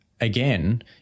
again